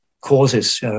causes